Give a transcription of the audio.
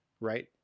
right